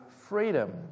freedom